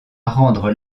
rendre